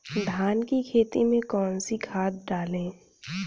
धान की खेती में कौन कौन सी खाद डालें?